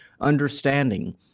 understanding